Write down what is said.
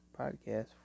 podcast